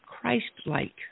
Christ-like